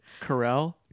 Carell